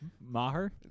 maher